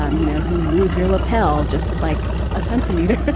um you know, who move your lapel just like a centimeter